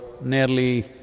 nearly